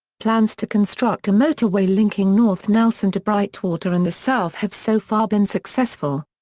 plans to construct a motorway linking north nelson to brightwater in the south have so far been successful.